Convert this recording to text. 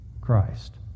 Christ